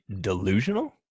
delusional